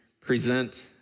present